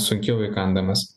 sunkiau įkandamas